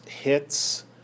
hits